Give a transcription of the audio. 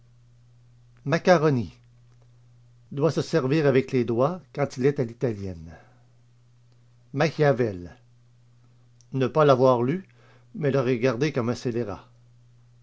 macaroni doit se servie avec les doigts quand il est à l'italienne machiavel ne pas l'avoir lu mais le regarder comme un